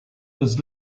was